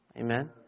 amen